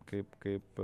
kaip kaip